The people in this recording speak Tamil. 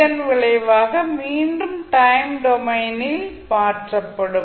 இதன் விளைவாக மீண்டும் டைம் டொமைனில் மாற்றப்படும்